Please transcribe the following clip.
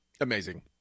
Amazing